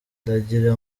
ndagira